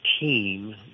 team